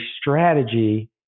strategy